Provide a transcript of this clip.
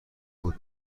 بود